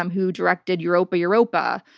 um who directed europa europa,